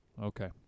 Okay